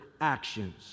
actions